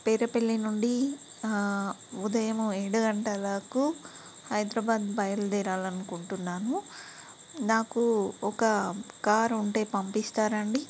పేరేపల్లి నుండి ఉదయం ఏడు గంటలకు హైదరాబాద్ బయలుదేరాలనుకుంటున్నాను నాకు ఒక కారు ఉంటే పంపిస్తారా అండి